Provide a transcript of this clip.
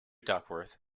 duckworth